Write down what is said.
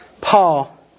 Paul